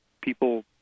people